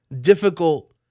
difficult